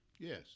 Yes